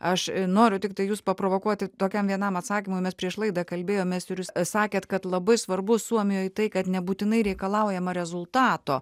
aš noriu tiktai jus paprovokuoti tokiam vienam atsakymui mes prieš laidą kalbėjomės ir jūs sakėt kad labai svarbu suomijoj tai kad nebūtinai reikalaujama rezultato